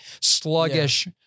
sluggish